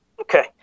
Okay